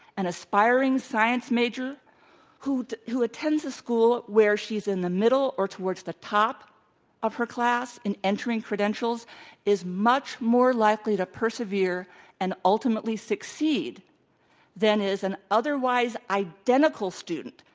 an aspiring science major who who attends a school where she's in the middle or towards the top of her class in entering credentials is much more likely to persevere and ultimately succeed than is an otherwise identical student,